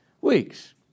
weeks